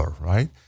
right